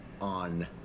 on